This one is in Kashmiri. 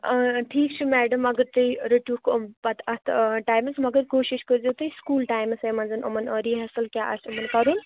ٲں ٹھیٖک چھُ میڈَم اگر تُہۍ رٔٹِہوکھ یِم پتہٕ اَتھ ٹایِمَس مگر کوشِش کٔرزیٚو تُہۍ سکوٗل ٹایِمَسٕے منٛزَ یِمَن رِہرسل کیاہ آسہِ یِمَن کَرُن